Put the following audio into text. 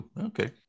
Okay